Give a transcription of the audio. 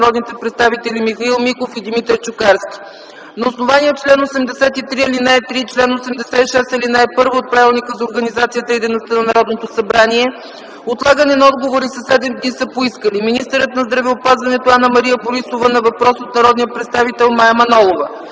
народните представители Михаил Миков и Димитър Чукарски. На основание чл. 83, ал. 3 и чл. 86, ал. 1 от Правилника за организацията и дейността на Народното събрание отлагане на отговори със 7 дни са поискали: - министърът на здравеопазването Анна-Мария Борисова на въпрос от народния представител Мая Манолова;